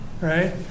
right